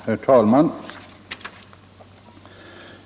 Herr talman!